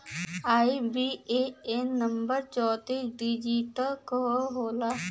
IBAN number चौतीस digit क होला